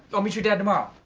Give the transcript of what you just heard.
i'll meet your dad tomorrow.